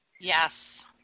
Yes